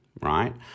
right